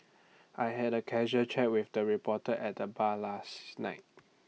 I had A casual chat with the reporter at the bar last night